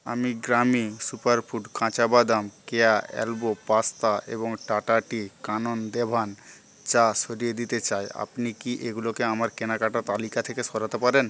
আমি গ্রামি সুপারফুড কাঁচা বাদাম কেয়া এলবো পাস্তা এবং টাটা টি কানন দেভান চা সরিয়ে দিতে চাই আপনি কি এগুলোকে আমার কেনাকাটা তালিকা থেকে সরাতে পারেন